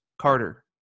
Carter